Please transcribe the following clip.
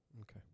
okay